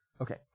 Okay